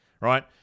right